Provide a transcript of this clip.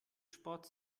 sport